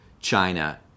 China